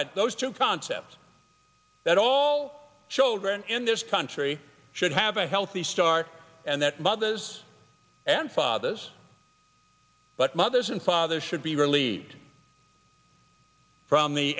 that those two concepts that all children in this country should have a healthy start and that mothers and fathers but mothers and fathers should be relieved from